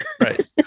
Right